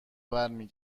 برمی